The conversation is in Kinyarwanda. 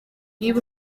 niba